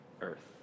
earth